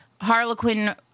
Harlequin